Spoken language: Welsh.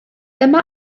dyma